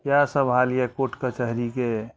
इएह सब हाल यऽ कोट कचहरीके